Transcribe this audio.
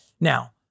Now